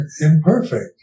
imperfect